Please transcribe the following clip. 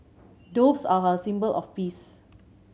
doves are a symbol of peace